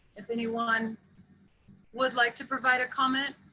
if anyone would like to provide a comment,